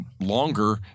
longer